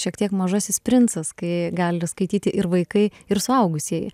šiek tiek mažasis princas kai gali skaityti ir vaikai ir suaugusieji